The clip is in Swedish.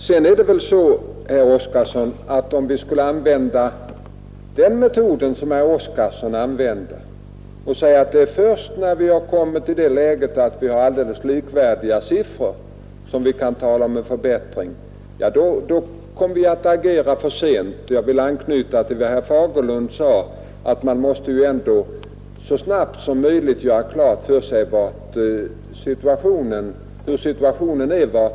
Om vi vidare skulle använda den metod som herr Oskarson anger, nämligen att vi först när vi har kommit i ett läge med helt likvärdiga siffror och kan tala om en förbättring, kommer vi att agera för sent. Jag vill anknyta till vad herr Fagerlund sade, att man så snabbt som möjligt bör göra klart för sig vart utvecklingen pekar.